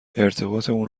ارتباطمون